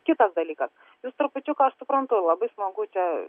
kitas dalykas jūs trupučiuką aš suprantu labai smagu čia